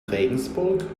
regensburg